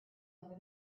over